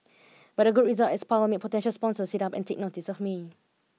but a good result at Spa will make potential sponsors sit up and take notice of me